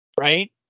right